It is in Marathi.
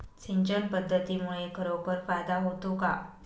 सिंचन पद्धतीमुळे खरोखर फायदा होतो का?